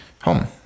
home